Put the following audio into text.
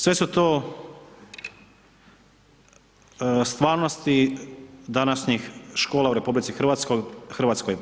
Sve su to stvarnosti današnjih škola u RH.